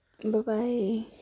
Bye-bye